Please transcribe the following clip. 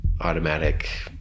automatic